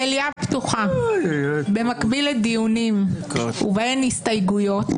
המליאה פתוחה במקביל לדיונים ובהן הסתייגויות,